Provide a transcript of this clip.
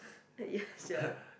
that is sia